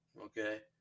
okay